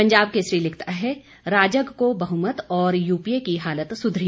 पंजाब केसरी लिखता है राजग को बहुमत और यूपीए की हालत सुधरी